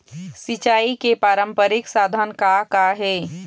सिचाई के पारंपरिक साधन का का हे?